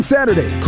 Saturday